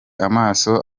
amaso